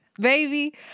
baby